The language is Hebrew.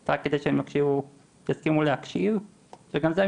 רק בכדי שהם יסכימו להקשיב וגם את זה,